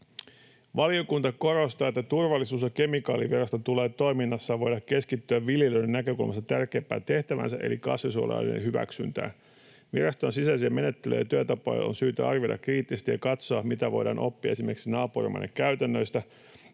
”Valiokunta korostaa, että Turvallisuus‑ ja kemikaaliviraston tulee toiminnassaan voida keskittyä viljelijöiden näkökulmasta tärkeimpään tehtäväänsä eli kasvinsuojeluaineiden hyväksyntään. Viraston sisäisiä menettelyjä ja työtapoja on syytä arvioida kriittisesti ja katsoa, mitä voidaan oppia esimerkiksi naapurimaiden käytännöistä.